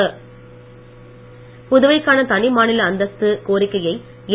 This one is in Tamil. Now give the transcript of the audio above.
ரங்கசாமி புதுவைக்கான தனிமாநில அந்தஸ்து கோரிக்கையை என்